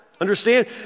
Understand